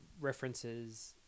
references